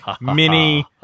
Mini